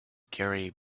gary